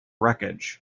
wreckage